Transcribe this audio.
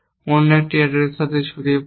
অন্য একটি অ্যাডারের সাথে ছড়িয়ে পড়ে